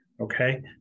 Okay